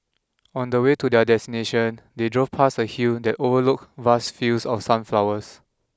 on the way to their destination they drove past a hill that overlooked vast fields of sunflowers